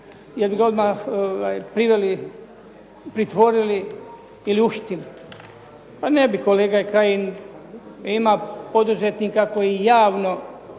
jer bi ga odmah priveli, pritvorili ili uhitili. Pa ne bi kolega Kajin, ima poduzetnika koji javno